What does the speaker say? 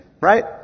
Right